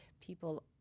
people